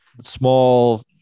Small